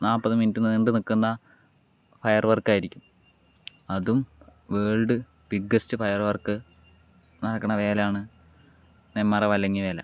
നാൽപ്പത് മിനിറ്റ് നീണ്ടു നിൽക്കുന്ന ഫയർ വർക്കായിരിക്കും അതും വേൾഡ് ബിഗ്ഗെസ്റ്റ് ഫയർ വർക്ക് നടക്കണ വേലയാണ് നെന്മാറ വല്ലങ്ങി വേല